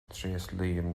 tréaslaím